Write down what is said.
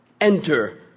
Enter